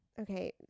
Okay